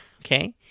okay